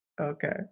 Okay